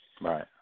Right